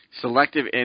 Selective